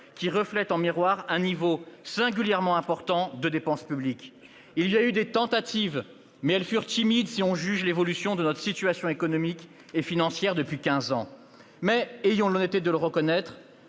qui reflète en miroir un niveau singulièrement important de dépenses publiques. Il y a eu des tentatives de corriger cela, mais elles furent timides, si l'on en juge par l'évolution de notre situation économique et financière depuis quinze ans. Mais, ayons l'honnêteté de le reconnaître,